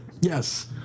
Yes